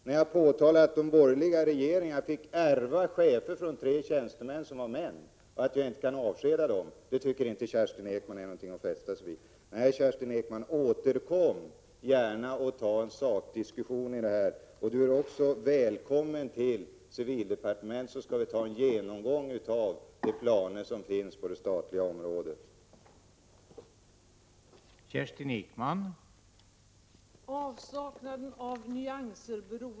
Men att jag från de borgerliga regeringarna fick ärva chefstjänstemän, som var män och som rimligtvis inte kan avskedas, det tar Kerstin Ekman till intäkt för att säga att civildepartementet dåligt driver jämställdhetsfrågorna. — Prot. 1987/88:33 Kerstin Ekman! Återkom gärna med en sakdiskussion! Kerstin Ekman är 27 november 1987 också välkommen till civildepartementet, så skall vi presentera de planer som SCR å finns och det arbete som görs på det statliga området.